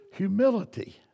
humility